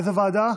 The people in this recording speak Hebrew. איזו ועדה?